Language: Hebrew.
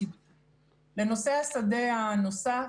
לנושא השדה הנוסף,